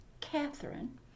Catherine